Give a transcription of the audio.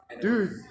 Dude